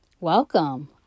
welcome